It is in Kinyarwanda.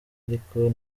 ariko